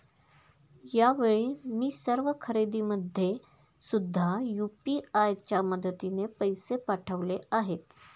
यावेळी मी सर्व खरेदीमध्ये सुद्धा यू.पी.आय च्या मदतीने पैसे पाठवले आहेत